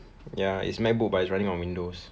ya it's MacBook but is running on windows